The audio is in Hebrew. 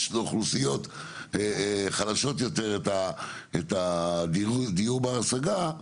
לאוכלוסיות חלשות יותר את הדיור בר השגה,